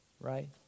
Right